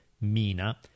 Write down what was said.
Mina